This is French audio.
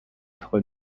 être